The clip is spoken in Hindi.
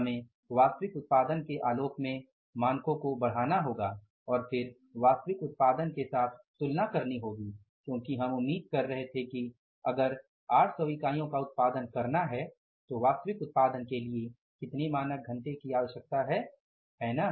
हमें वास्तविक उत्पादन के आलोक में मानकों को बढ़ाना होगा और फिर वास्तविक उत्पादन के साथ तुलना करनी होगी क्योंकि हम उम्मीद कर रहे थे कि अगर 800 इकाइयों का उत्पादन करना है तो वास्तविक उत्पादन के लिए कितने मानक घंटे की आवश्यकता है है ना